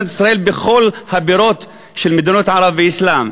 ישראל בכל הבירות של מדינות ערב והאסלאם,